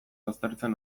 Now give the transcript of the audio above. baztertzen